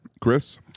Chris